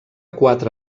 quatre